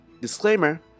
Disclaimer